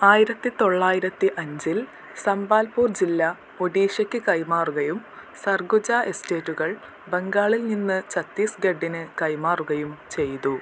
ആയിരത്തി തൊള്ളായിരത്തി അഞ്ചിൽ സംബാൽപൂർ ജില്ല ഒഡീഷയ്ക്ക് കൈമാറുകയും സർഗുജ എസ്റ്റേറ്റുകൾ ബംഗാളിൽ നിന്ന് ഛത്തീസ്ഗഢിന് കൈമാറുകയും ചെയ്തു